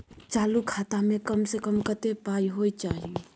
चालू खाता में कम से कम कत्ते पाई होय चाही?